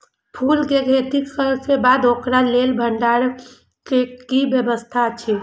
फूल के खेती करे के बाद ओकरा लेल भण्डार क कि व्यवस्था अछि?